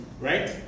right